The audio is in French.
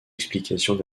explication